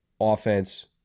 offense